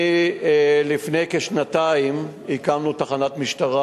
לפני כשנתיים הקמנו תחנת משטרה,